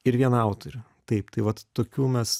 ir vieną autorių taip tai vat tokių mes